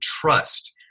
trust